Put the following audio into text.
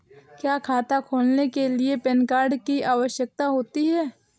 क्या खाता खोलने के लिए पैन कार्ड की आवश्यकता होती है?